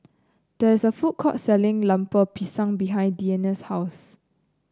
there is a food court selling Lemper Pisang behind Deana's house